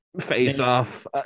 Face-Off